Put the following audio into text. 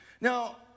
Now